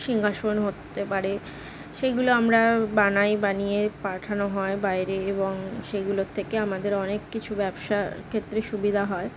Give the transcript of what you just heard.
সিংহাসন হতে পারে সেইগুলো আমরা বানাই বানিয়ে পাঠানো হয় বাইরে এবং সেইগুলোর থেকে আমাদের অনেক কিছু ব্যবসার ক্ষেত্রে সুবিধা হয়